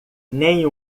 nem